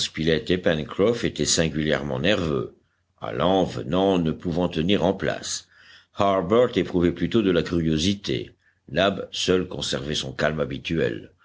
pencroff étaient singulièrement nerveux allant venant ne pouvant tenir en place harbert éprouvait plutôt de la curiosité nab seul conservait son calme habituel